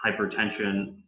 hypertension